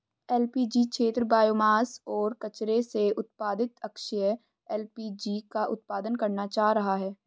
LPG क्षेत्र biomass और कचरे से उत्पादित अक्षय एल.पी.जी का उत्पादन करना चाह रहा है